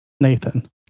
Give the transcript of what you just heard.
Nathan